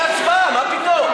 זה הודעה והצבעה, מה פתאום?